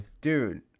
Dude